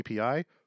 API